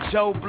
Joe